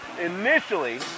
initially